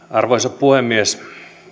arvoisa puhemies